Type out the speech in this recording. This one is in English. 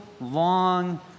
long